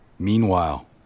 Meanwhile